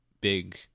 big